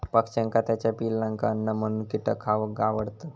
पक्ष्यांका त्याच्या पिलांका अन्न म्हणून कीटक खावक आवडतत